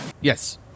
Yes